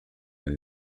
and